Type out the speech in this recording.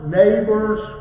neighbors